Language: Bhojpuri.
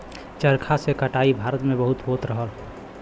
चरखा से कटाई भारत में बहुत होत रहल